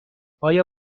آیا